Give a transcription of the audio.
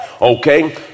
Okay